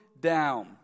down